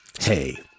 Hey